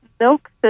Milk